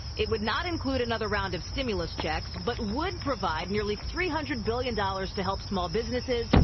it would not include another round of stimulus checks but would provide nearly three hundred billion dollars to help small businesses,